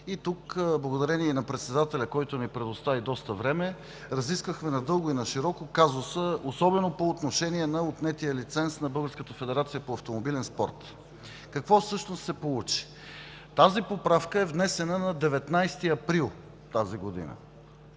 и благодарение на председателя, който ми предостави доста време, разисквахме надълго и нашироко казуса, особено по отношение на отнетия лиценз на Българската федерация по автомобилен спорт. Какво всъщност се получи? Тази поправка е внесена на 19 април тази година.